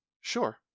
Sure